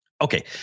Okay